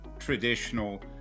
Traditional